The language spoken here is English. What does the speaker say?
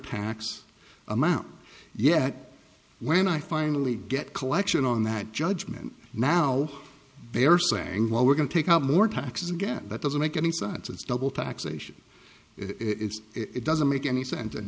tax amount yet when i finally get collection on that judgment now they are saying well we're going to take up more taxes again that doesn't make any sense it's double taxation it's it doesn't make any sense and